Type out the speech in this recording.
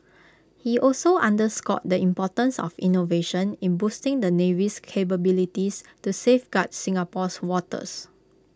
he also underscored the importance of innovation in boosting the navy's capabilities to safeguard Singapore's waters